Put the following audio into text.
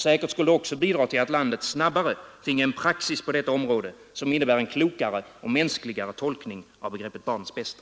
Säkert skulle det också bidra till att landet snabbare finge en praxis på detta område som innebär en klokare och mänskligare tolkning av begreppet barnets bästa.